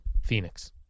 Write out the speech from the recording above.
Phoenix